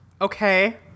Okay